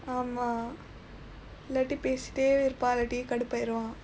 ஆமாம் இல்லாட்டி பேசிட்டே இருப்பான் இல்லாட்டி கடுப்பாயிருவான்:aamaam illaatdi peesitdee iruppaan illaatdi kaduppaayiruvaan